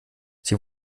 sie